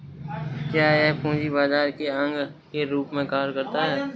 क्या यह पूंजी बाजार के अंग के रूप में कार्य करता है?